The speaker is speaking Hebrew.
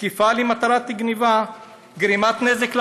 תקיפה למטרת גנבה, גרימת נזק לרכוש,